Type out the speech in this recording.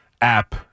app